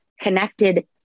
connected